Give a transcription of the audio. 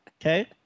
Okay